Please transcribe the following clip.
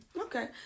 Okay